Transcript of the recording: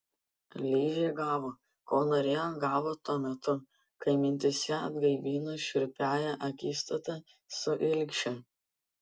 ližė gavo ko norėjo gavo tuo metu kai mintyse atgaivino šiurpiąją akistatą su ilgšiu